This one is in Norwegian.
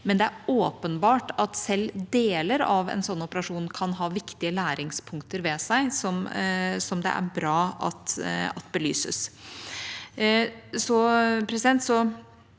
men det er åpenbart at selv deler av en sånn operasjon kan ha viktige læringspunkter ved seg som det er bra at belyses. Når det